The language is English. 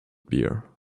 beer